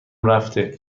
رفته